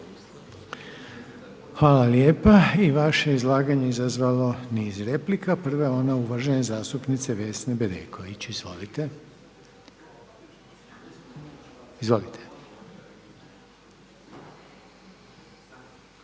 Hvala lijepa. I vaše izlaganje je izazvalo niz replika. Prva je ona uvažene zastupnice Vesne Bedeković. Izvolite.